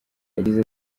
yagize